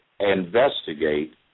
investigate